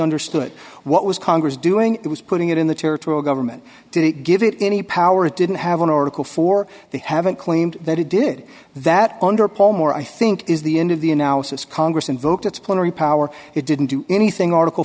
understood what was congress doing it was putting it in the territorial government didn't give it any power it didn't have an article for they haven't claimed that it did that under palm or i think is the end of the analysis congress invoked its plenary power it didn't do anything article